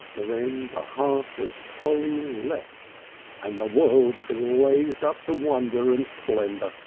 then the heart of polly leapt and the world blazed up to wonder and splendour.